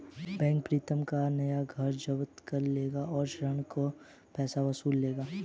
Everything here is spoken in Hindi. बैंक प्रीतम का नया घर जब्त कर लेगा और ऋण का पैसा वसूल लेगा